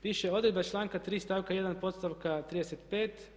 Piše odredba članka 3. stavka 1. podstavka 35.